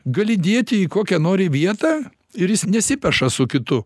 gali dėti į kokią nori vietą ir jis nesipeša su kitu